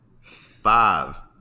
Five